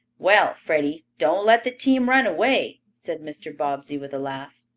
well, freddie, don't let the team run away, said mr. bobbsey, with a laugh.